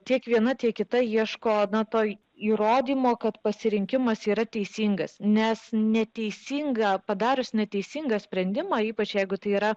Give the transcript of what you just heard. tiek viena tiek kita ieškodama to įrodymo kad pasirinkimas yra teisingas nes neteisinga padarius neteisingą sprendimą ypač jeigu tai yra